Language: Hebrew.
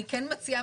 אני כן מציעה,